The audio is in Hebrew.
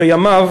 בימיו